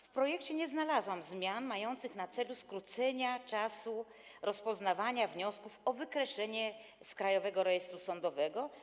W projekcie nie znalazłam zmian mających na celu skrócenie czasu rozpoznawania wniosków o wykreślenie z Krajowego Rejestru Sądowego.